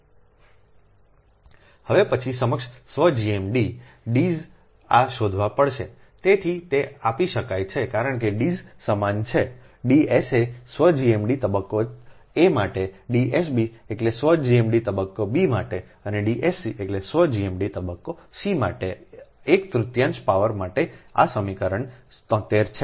હવે આ પછી સમકક્ષ સ્વ GMD Ds ઓ શોધવા પડશે તેથી તે આપી શકાય છે કારણ કે Ds સમાન છે D sa સ્વ GMD તબક્કો a માટે D sb એટલે સ્વ GMD તબક્કો b માટે અને D sc એટલે સ્વ GMD તબક્કો c માટે એક તૃતીયાંશ પાવર માટે આ સમીકરણ 73 છે